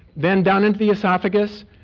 then down into the oesophagus,